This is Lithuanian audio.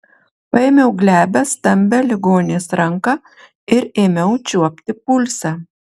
paėmiau glebią stambią ligonės ranką ir ėmiau čiuopti pulsą